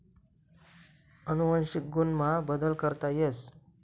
अनुवंशिक गुण मा बदल करता येस